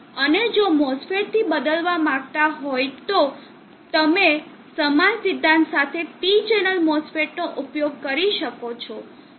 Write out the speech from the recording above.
અને જો તમે MOSFETથી બદલવા માંગતા હો તો તમે સમાન સિદ્ધાંત સાથે P ચેનલ MOSFET નો ઉપયોગ કરી શકો છો